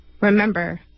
remember